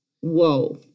Whoa